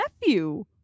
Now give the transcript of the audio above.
nephew